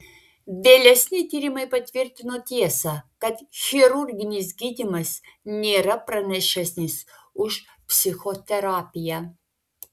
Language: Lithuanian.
vėlesni tyrimai patvirtino tiesą kad chirurginis gydymas nėra pranašesnis už psichoterapiją